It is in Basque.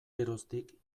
geroztik